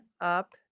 up